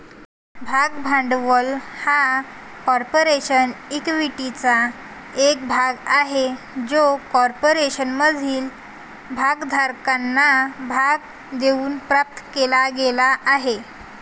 भाग भांडवल हा कॉर्पोरेशन इक्विटीचा एक भाग आहे जो कॉर्पोरेशनमधील भागधारकांना भाग देऊन प्राप्त केला गेला आहे